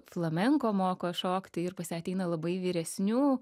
flamenko moko šokti ir pas ją ateina labai vyresnių